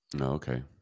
Okay